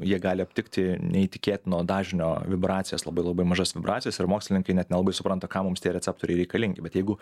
jie gali aptikti neįtikėtino dažnio vibracijas labai labai mažas vibracijas ir mokslininkai net nelabai supranta kam mums tie receptoriai reikalingi bet jeigu